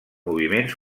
moviments